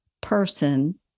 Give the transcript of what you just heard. person